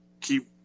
keep